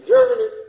Germany